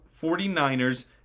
49ers